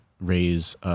raise